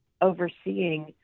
overseeing